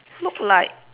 look like